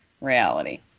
reality